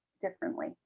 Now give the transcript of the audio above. differently